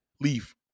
Leave